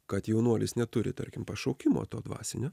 kad jaunuolis neturi tarkim pašaukimo to dvasinio